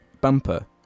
Bumper